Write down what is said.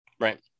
Right